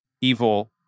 evil